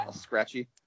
Scratchy